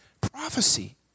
prophecy